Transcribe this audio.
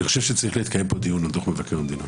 אני חושב שצריך להתקיים פה דיון על דוח מבקר המדינה,